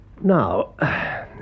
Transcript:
Now